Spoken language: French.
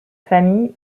famille